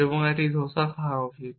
এবং একটি ডোসা খাওয়া উচিত